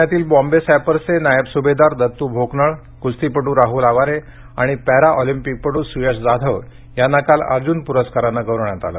पुण्यातील बॉम्बे सॅपर्सचे नायब सुभेदार दत्तु भोकनळ कुस्ती पटु राहुल अवारे आणि पॅरा ऑलिंपिकपटू सुयश जाधव यांना काल अर्जुन पुरस्कारान गौरवण्यात आलं